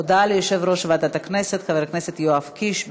הודעה ליושב-ראש ועדת הכנסת חבר הכנסת יואב קיש.